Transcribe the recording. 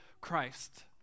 Christ